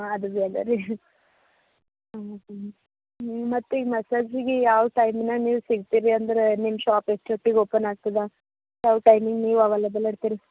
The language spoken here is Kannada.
ಅದು ಬೇಡ ರೀ ನೀವು ಮತ್ತೆ ಈ ಮಸಾಜಿಗೆ ಯಾವ ಟೈಮ್ನಾಗ ನೀವು ಸಿಗ್ತೀರಿ ಅಂದರೆ ನಿಮ್ಮ ಷಾಪ್ ಎಷ್ಟೊತ್ತಿಗೆ ಓಪನ್ ಆಗ್ತದೆ ಯಾವ ಟೈಮಿಗೆ ನೀವು ಅವೆಲಬಲ್ ಇರ್ತೀರಿ